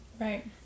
Right